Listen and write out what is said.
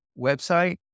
website